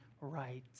right